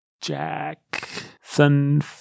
Jackson